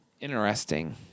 Interesting